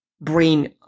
brain